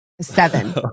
Seven